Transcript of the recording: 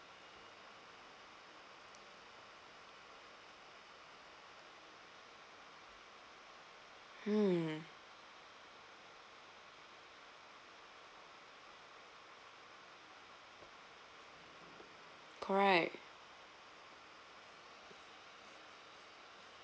hmm correct